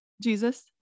Jesus